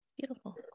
Beautiful